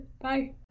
Bye